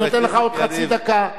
אני נותן לך עוד חצי דקה.